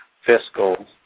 fiscal